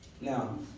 Now